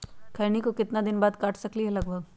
खैनी को कितना दिन बाद काट सकलिये है लगभग?